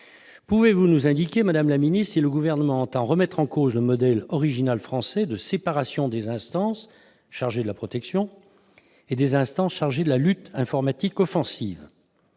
Pouvez-vous nous indiquer, madame la ministre, si le Gouvernement entend remettre en cause le modèle original français de séparation des instances qui sont chargées de la protection et de celles qui s'occupent de la lutte informatique offensive ?